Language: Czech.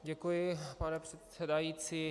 Děkuji, pane předsedající.